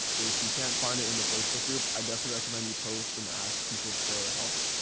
if you can't find it in the facebook group, i definitely recommend you post and ask people for help.